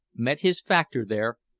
met his factor there,